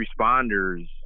responders